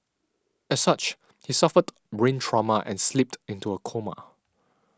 as such he suffered brain trauma and slipped into a coma